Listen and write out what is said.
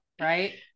Right